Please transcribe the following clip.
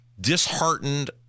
disheartened